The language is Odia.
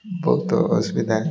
ବହୁତ ଅସୁବିଧା